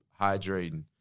hydrating